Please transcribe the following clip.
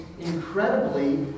incredibly